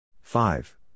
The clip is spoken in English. Five